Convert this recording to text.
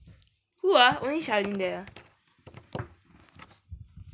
who ah only charlene there ah